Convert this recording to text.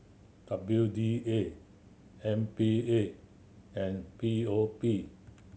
W D A M P A and P O P